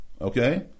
okay